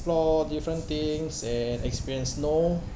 explore different things and experience snow